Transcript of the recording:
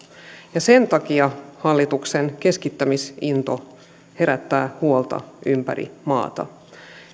ja sen takia hallituksen keskittämisinto herättää huolta ympäri maata